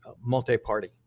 multi-party